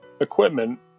equipment